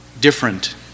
different